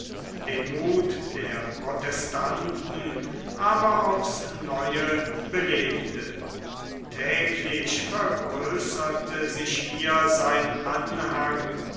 den muth der protestanten aber aufs neue belebte täglich vergrößerte sich hier sein anhang